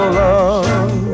love